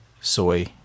soy